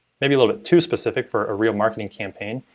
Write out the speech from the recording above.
maybe a little too specific for a real marketing campaign,